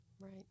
Right